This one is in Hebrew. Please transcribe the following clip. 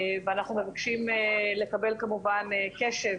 אנחנו מבקשים לקבל כמובן קשב